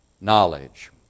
knowledge